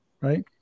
right